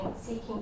seeking